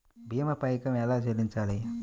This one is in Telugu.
భీమా పైకం ఎలా చెల్లించాలి?